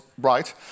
right